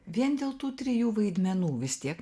vien dėl tų trijų vaidmenų vis tiek